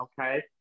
Okay